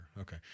Okay